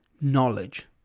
knowledge